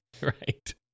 right